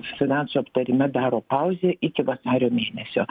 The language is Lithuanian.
finansų aptarime daro pauzę iki vasario mėnesio